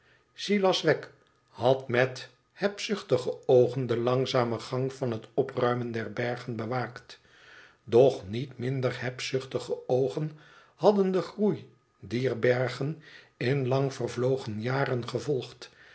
silas wegg had met hebzuchtige oogen den langzamen gang van het opruimen der bergen bewaakt doch niet minder hebzuchtige oogen hadden den groei dier bergen in lang vervlogen jaren gevolgd